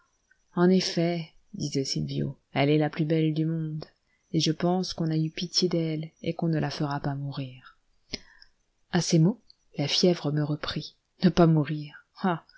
en effet disait sylvio elle est la plus belle du monde et je pense qu'on a eu pitié d'elle et qu'on ne la fera pas mourir à ces mots la fièvre me reprit ne pas mourir